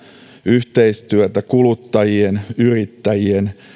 yhteistyötä kuluttajien yrittäjien